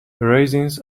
raisins